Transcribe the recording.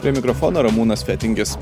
prie mikrofono ramūnas fetingis